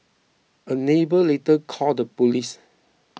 a neighbour later called the police